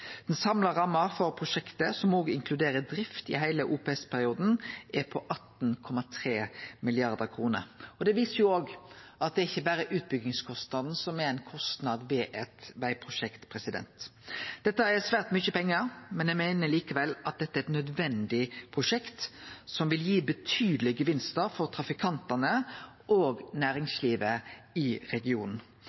Den samla ramma for prosjektet, som òg inkluderer drift i heile OPS-perioden, er på 18,3 mrd. kr. Det viser òg at det ikkje berre er utbyggingskostnaden som er ein kostnad ved eit vegprosjekt. Dette er svært mykje pengar, men eg meiner likevel at det er eit nødvendig prosjekt som vil gi betydelege gevinstar for trafikantane og næringslivet i regionen.